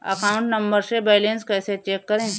Account number से balance कैसे check करें?